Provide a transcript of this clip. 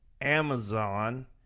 Amazon